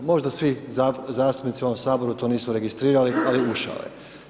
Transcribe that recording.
Možda svi zastupnici u ovom Saboru to nisu registrirali ali ušao je.